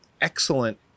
excellent